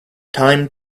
time